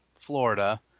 Florida